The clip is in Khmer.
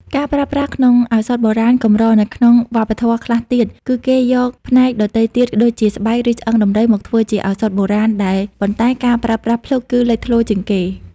ការប្រើប្រាស់ក្នុងឱសថបុរាណកម្រនៅក្នុងវប្បធម៌ខ្លះទៀត គឺគេយក ផ្នែកដទៃទៀតដូចជាស្បែក ឬឆ្អឹងដំរីមកធ្វើជាឱសថបុរាណដែរ ប៉ុន្តែការប្រើប្រាស់ភ្លុកគឺលេចធ្លោជាងគេ។